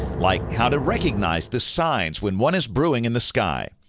like how to recognize the signs when one is brewing in the sky.